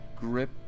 grip